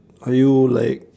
are you like